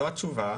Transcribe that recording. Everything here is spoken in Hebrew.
זו התשובה.